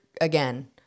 again